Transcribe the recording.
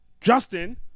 justin